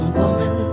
woman